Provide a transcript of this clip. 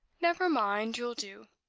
never mind, you'll do.